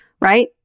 right